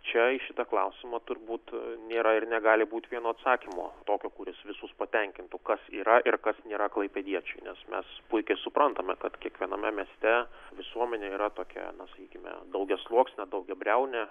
čia į šitą klausimą turbūt nėra ir negali būti vieno atsakymo tokio kuris visus patenkintų kas yra ir kas nėra klaipėdiečiai nes mes puikiai suprantame kad kiekviename mieste visuomenė yra tokia sakykime daugiasluoksnė daugiabriaunė